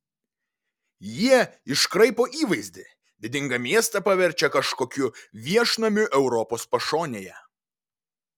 jie iškraipo įvaizdį didingą miestą paverčia kažkokiu viešnamiu europos pašonėje